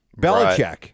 Belichick